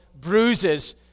bruises